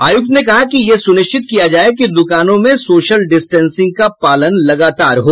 आयुक्त ने कहा कि ये सुनिश्चित किया जाये कि दुकानों में सोशल डिस्टेंसिंग का पालन लगातार हो